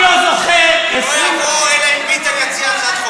לא מוגבל, עשר דקות.